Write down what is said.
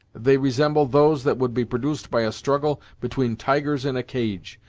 they resembled those that would be produced by a struggle between tigers in a cage.